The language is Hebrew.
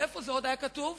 איפה עוד זה היה כתוב,